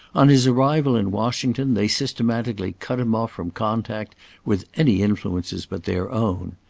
on his arrival in washington they systematically cut him off from contact with any influences but their own.